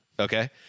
Okay